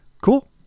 cool